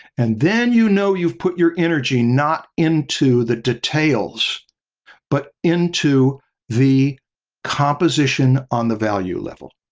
and then you know you've put your energy not into the details but into the composition on the value level.